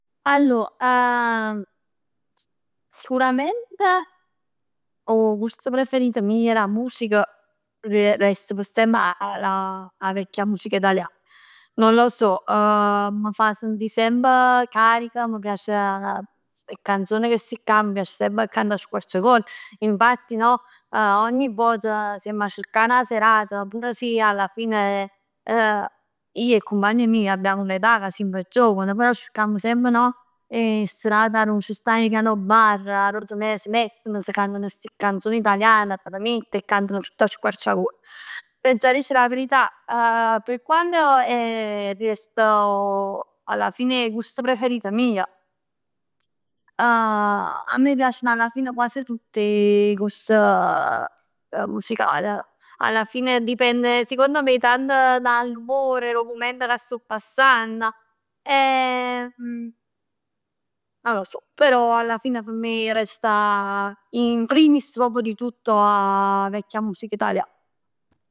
Allor, sicurament 'o gust preferito mij dà musica re- rest p' semp 'a 'a vecchia musica italiana. Non lo so m' fa sentì semp carica, m' piace dè canzoni chesteccà, m' piace semp 'a cantà 'a squarciagola, infatti no? Ogni vot se 'amm cercà 'na serata pure se alla fine, ij e 'e cumpagna meje tenimm n'età ca simm giovan, però cercamm semp no? E cercà 'e serat addò c' sta 'o piano bar, addò s' metten, s' cantano ste canzon italian, cà t' miett e te cantano tutt squarciagol. T'aggia dicere 'a verità, pe quando resto, alla fine 'e gust preferit meje a me piaceno alla fine quasi tutt 'e gust musical. Alla fine dipende secondo me tant dall'umore, da 'o mument ca sto passann e non lo so. Però alla fine p' me resta in primis proprio di tutto 'a vecchia musica italiana.